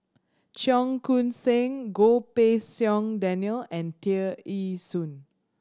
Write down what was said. Cheong Koon Seng Goh Pei Siong Daniel and Tear Ee Soon